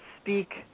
speak